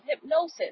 hypnosis